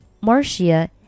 Marcia